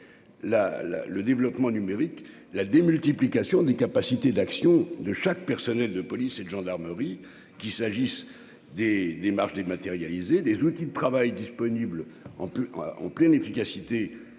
le développement numérique la démultiplication des capacités d'action de chaque personnel de police et de gendarmerie, qu'il s'agisse des démarches dématérialisées des outils de travail disponible en plus en pleine efficacité